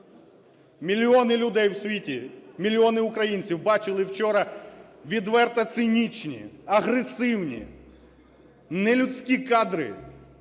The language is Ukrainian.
Мільйони людей в світі, мільйони українців бачили вчора відверто цинічні, агресивні, нелюдські кадри,